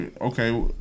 okay